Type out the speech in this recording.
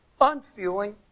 unfueling